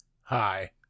Hi